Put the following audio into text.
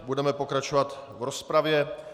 Budeme pokračovat v rozpravě.